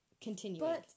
Continuing